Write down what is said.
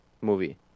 movie